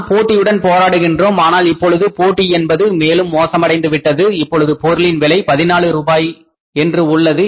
நாம் போட்டியுடன் போராடுகின்றோம் ஆனால் இப்பொழுது போட்டி என்பது மேலும் மோசமடைந்து விட்டது இப்பொழுது பொருளின் விலை 14 ரூபாயாக உள்ளது